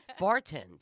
Bartend